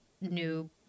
new